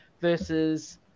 versus